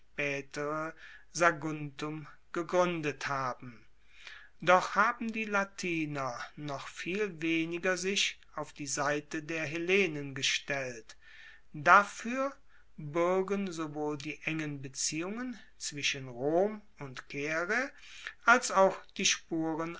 saguntum gegruendet haben doch haben die latiner noch viel weniger sich auf die seite der hellenen gestellt dafuer buergen sowohl die engen beziehungen zwischen rom und caere als auch die spuren